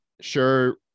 Sure